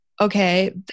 okay